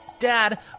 Dad